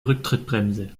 rücktrittbremse